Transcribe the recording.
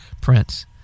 Prince